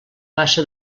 passe